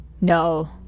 no